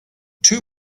too